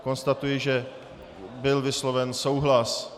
Konstatuji, že byl vysloven souhlas.